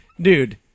dude